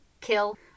kill